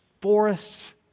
forests